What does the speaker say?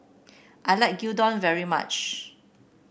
I like Gyudon very much